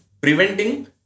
preventing